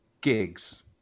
gigs